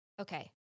Okay